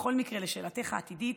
בכל מקרה, לשאלתך העתידית,